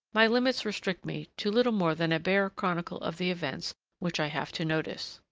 my limits restrict me to little more than a bare chronicle of the events which i have to notice.